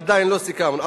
עדיין לא סיכמנו.